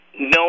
No